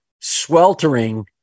sweltering